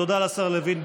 תודה לשר לוין.